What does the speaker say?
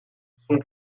son